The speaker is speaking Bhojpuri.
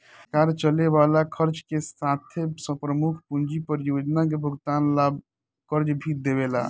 सरकार चले वाला खर्चा के साथे प्रमुख पूंजी परियोजना के भुगतान ला भी कर्ज देवेले